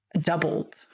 doubled